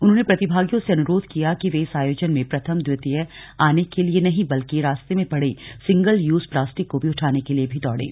उन्होंने प्रतिभागियों से अनुरोध किया कि वे इस आयोजन में प्रथम द्वितीय आने के लिए नहीं बल्कि रास्ते में पड़े सिंगल यूज प्लास्टिक को भी उठाने के लिए भी दौडे